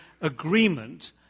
agreement